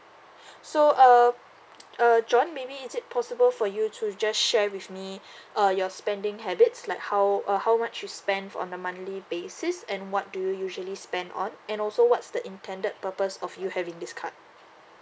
so uh uh john maybe is it possible for you to just share with me uh your spending habits like how uh how much you spend on a monthly basis and what do you usually spend on and also what's the intended purpose of you having this card